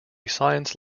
science